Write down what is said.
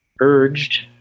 urged